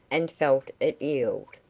and felt it yield.